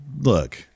look